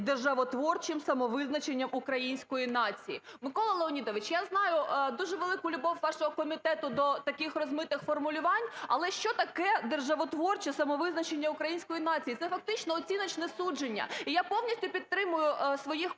державотворчим самовизначенням української нації". Микола Леонідович, я знаю дуже велику любов вашого комітету до таких розмитих формулювань, але що таке "державотворче самовизначення української нації"? Це фактично оціночне судження. І я повністю підтримую своїх